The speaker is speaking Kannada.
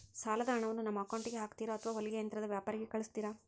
ಸಾಲದ ಹಣವನ್ನು ನಮ್ಮ ಅಕೌಂಟಿಗೆ ಹಾಕ್ತಿರೋ ಅಥವಾ ಹೊಲಿಗೆ ಯಂತ್ರದ ವ್ಯಾಪಾರಿಗೆ ಕಳಿಸ್ತಿರಾ?